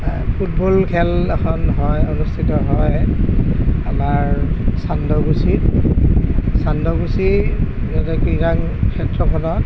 football খেল এখন হয় অনুষ্ঠিত হয় আমাৰ চান্দগুছি চান্দগুছিৰ ক্ৰীড়া ক্ষেত্ৰখনত